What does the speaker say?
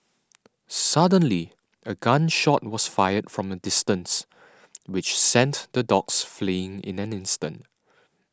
suddenly a gun shot was fired from a distance which sent the dogs fleeing in an instant